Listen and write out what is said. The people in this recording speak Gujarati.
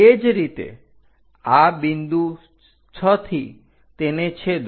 તે જ રીતે આ બિંદુ 6 થી તેને છેદો